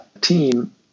team